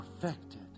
perfected